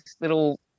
little